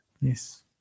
Yes